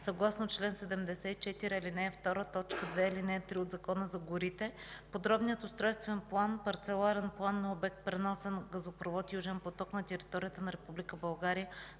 съгласно чл. 74, ал. 2, т. 2 и ал. 3 от Закона за горите. Подробният устройствен план – парцеларен план на обект „Преносен газопровод „Южен поток” на територията на Република